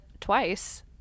twice